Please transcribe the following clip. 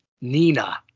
Nina